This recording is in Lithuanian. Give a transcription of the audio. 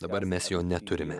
dabar mes jo neturime